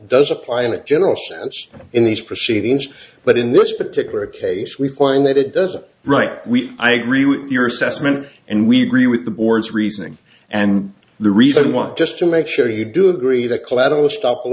does apply in a general sense in these proceedings but in this particular case we find that it doesn't right we i agree with your assessment and we agree with the board's reasoning and the reason we want just to make sure you do agree that collateral estop